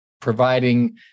providing